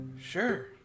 Sure